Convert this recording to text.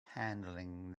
handling